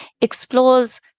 explores